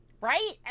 right